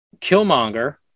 Killmonger